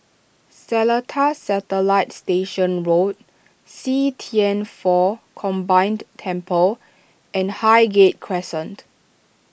Seletar Satellite Station Road See Thian Foh Combined Temple and Highgate Crescent